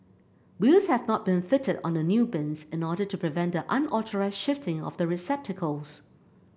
wheels have not been fitted on the new bins in order to prevent the unauthorised shifting of the receptacles